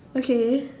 okay